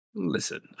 Listen